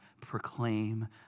proclaim